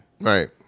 right